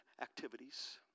activities